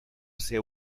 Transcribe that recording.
ser